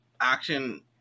action